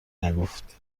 نگفت